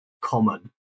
common